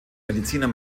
mediziner